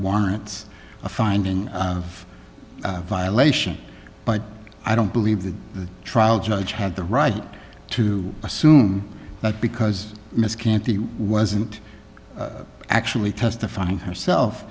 warrants a finding of violation but i don't believe that the trial judge had the right to assume that because ms can't he wasn't actually testifying herself